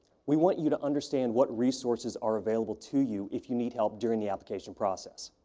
we want you to understand what resources are available to you if you need help during the application process.